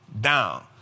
down